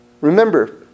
Remember